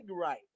right